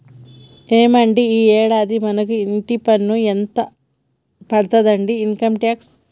ఏవండి ఈ యాడాది మనకు ఇంటి పన్ను ఎంత పడతాదండి ఇన్కమ్ టాక్స్